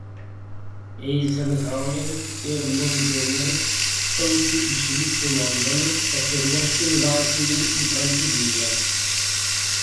eizenhaueris ir montgomeris sausį išvyks į londoną pasiruošti invazijai į prancūziją